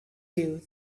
you